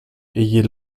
ayez